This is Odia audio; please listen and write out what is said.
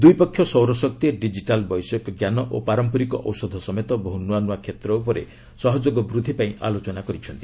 ଦୁଇପକ୍ଷ ସୌରଶକ୍ତି ଡିକିଟାଲ୍ ବୈଷୟିକ ଜ୍ଞାନ ଓ ପାରମ୍ପରିକ ଔଷଧ ସମେତ ବହୁ ନୂଆ ନୂଆ କ୍ଷେତ୍ର ଉପରେ ସହଯୋଗ ବୃଦ୍ଧି ପାଇଁ ଆଲୋଚନା କରିଛନ୍ତି